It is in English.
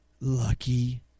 Lucky